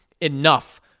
enough